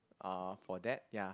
uh for that ya